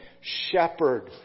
shepherd